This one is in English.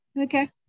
okay